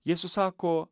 jėzus sako